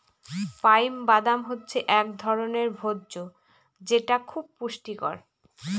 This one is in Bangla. পাইন বাদাম হচ্ছে এক ধরনের ভোজ্য যেটা খুব পুষ্টিকর